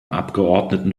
abgeordneten